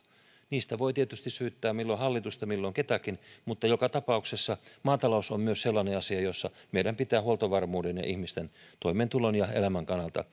niistä voi tietysti syyttää milloin hallitusta milloin ketäkin mutta joka tapauksessa maatalous on myös sellainen asia jossa meidän pitää huoltovarmuuden ja ihmisten toimeentulon ja elämän kannalta